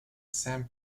san